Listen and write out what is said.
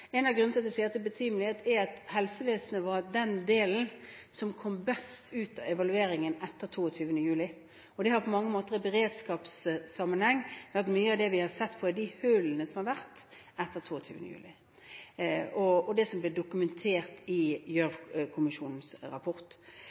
En av grunnene til at jeg sier at det er betimelig, er at helsevesenet var den delen som kom best ut av evalueringen etter 22. juli, og det har på mange måter i beredskapssammenheng vært mye av det vi har sett på i de hullene som har vist seg etter 22. juli, og det som blir dokumentert i Gjørv-kommisjonens rapport.